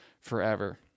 forever